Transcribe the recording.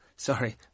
Sorry